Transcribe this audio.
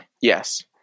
Yes